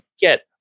get